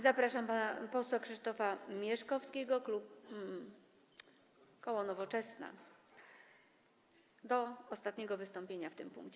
Zapraszam pana posła Krzysztofa Mieszkowskiego, klub... koło Nowoczesna, do ostatniego wystąpienia w tym punkcie.